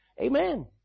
Amen